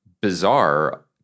bizarre